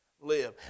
live